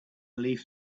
leafed